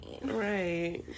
Right